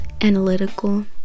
analytical